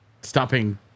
stopping